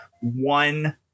one